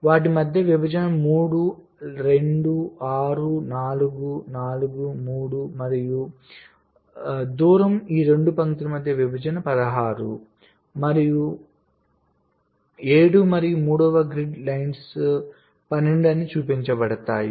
కాబట్టి వాటి మధ్య విభజన మూడు రెండు ఆరు నాలుగు నాలుగుమూడు మరియు దూరం ఈ రెండు గ్రిడ్ పంక్తుల మధ్య విభజన పదహారు మరియు ఏడు మరియు మూడవ గ్రిడ్ పంక్తులు పన్నెండు అని చూపించబడ్డాయి